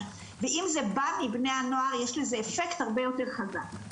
ואם זה בא מבני הנוער יש לזה אפקט הרבה יותר חזק.